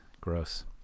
Gross